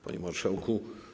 Panie Marszałku!